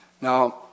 Now